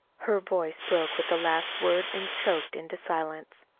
her voice broke with the last word and choked into silence.